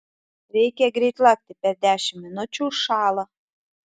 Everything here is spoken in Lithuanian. reikia greit lakti per dešimt minučių užšąla